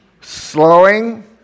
Slowing